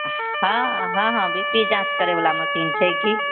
हॅं हॅं हॅं बी पी जाँच करै बला मशीन छै की